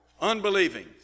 unbelieving